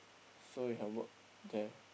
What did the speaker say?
so you can work there